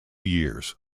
years